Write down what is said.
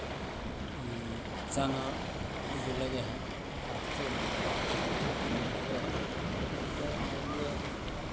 ई चना ई जो लगै हए कातिकेमे लगै हए कातिकमे लगै हए ई तऽ मानि लियै